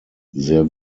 sehr